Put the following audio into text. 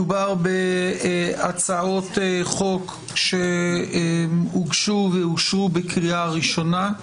מדובר בהצעות חוק שהוגשו ואושרו בקריאה ראשונה.